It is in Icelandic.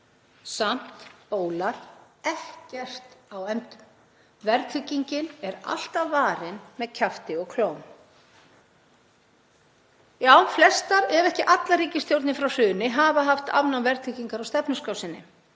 Samt bólar ekkert á efndum. Verðtryggingin er alltaf varin með kjafti og klóm. Já, flestar ef ekki allar ríkisstjórnir frá hruni hafa haft afnám verðtryggingar á stefnuskrá sinni